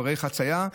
מעברי חציה.